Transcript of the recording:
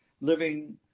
living